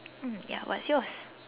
mm ya what's yours